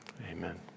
Amen